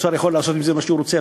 האוצר יכול לעשות עם זה מה שהוא רוצה.